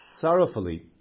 Sorrowfully